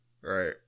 Right